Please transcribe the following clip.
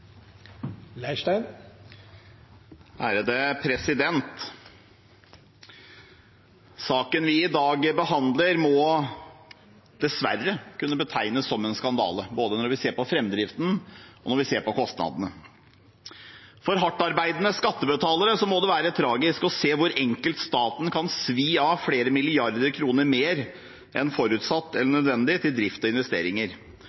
Saken vi i dag behandler, må dessverre kunne betegnes som en skandale, både når vi ser på framdriften, og når vi ser på kostnadene. For hardtarbeidende skattebetalere må det være tragisk å se hvor enkelt staten kan svi av flere milliarder kroner mer enn forutsatt eller